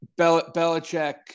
belichick